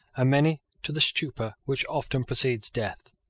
and many to the stupor which often precedes death.